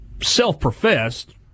self-professed